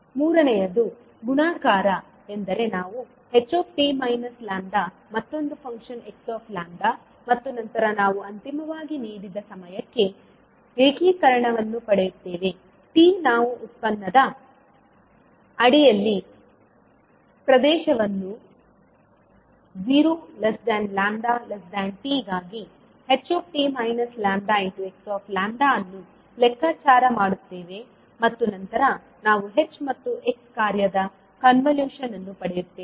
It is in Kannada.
ಮೂರನೆಯದು ಗುಣಾಕಾರ ಎಂದರೆ ನಾವು ht λ ಮತ್ತೊಂದು ಫಂಕ್ಷನ್ x ಮತ್ತು ನಂತರ ನಾವು ಅಂತಿಮವಾಗಿ ನೀಡಿದ ಸಮಯಕ್ಕೆ ಏಕೀಕರಣವನ್ನು ಪಡೆಯುತ್ತೇವೆ t ನಾವು ಉತ್ಪನ್ನದ ಅಡಿಯಲ್ಲಿ ಪ್ರದೇಶವನ್ನು 0λt ಗಾಗಿ ht λxλ ಅನ್ನು ಲೆಕ್ಕಾಚಾರ ಮಾಡುತ್ತೇವೆ ಮತ್ತು ನಂತರ ನಾವು h ಮತ್ತು x ಕಾರ್ಯದ ಕಾನ್ವಲ್ಯೂಷನ್ ಅನ್ನು ಪಡೆಯುತ್ತೇವೆ